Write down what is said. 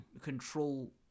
control